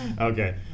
Okay